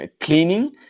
cleaning